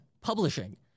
publishing